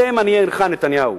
אלה הם עניי עירך, מר נתניהו.